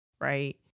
right